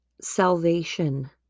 salvation